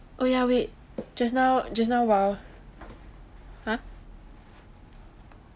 oh ya wait just now just now while